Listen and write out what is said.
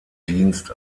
dienst